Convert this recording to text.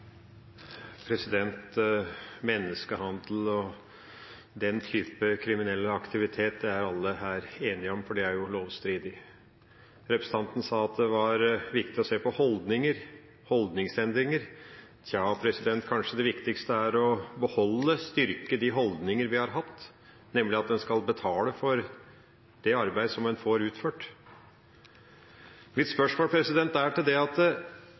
Menneskehandel og den type kriminell aktivitet er alle her enige om er lovstridig. Representanten sa at det var viktig å se på holdninger, på holdningsendringer, men kanskje det viktigste er å beholde og styrke de holdninger vi har hatt – nemlig at en skal betale for det arbeidet en får utført. Mitt spørsmål er: Det er